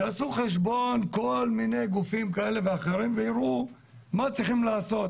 שיעשו חשבון כל מיני גופים כאלה ואחרים ויראו מה צריכים לעשות.